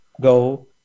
go